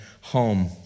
home